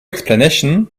explanation